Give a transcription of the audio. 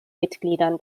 mitgliedern